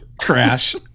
crash